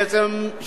בעצם,